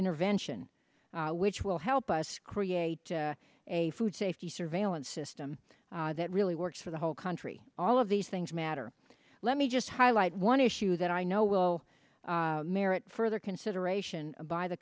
intervention which will help us create a food safety surveillance system that really works for the whole country all of these things matter let me just highlight one issue that i know will merit further consideration by the